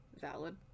valid